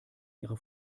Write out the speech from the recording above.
ihrer